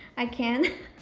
i can.